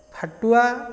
ଫାଟୁଆ